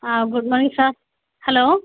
ആ good morning sir hello